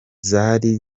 zari